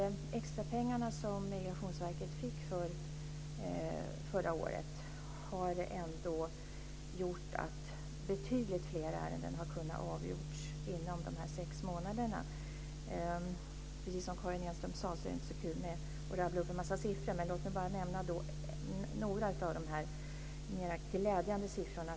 De extrapengar som Migrationsverket fick förra året har ändå gjort att betydligt fler ärenden har kunnat avgöras inom sex månader. Precis som Karin Enström sade är det inte så kul att rabbla upp en massa siffror. Låt mig bara nämna några av de mer glädjande siffrorna.